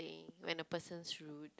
when the person's rude